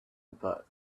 but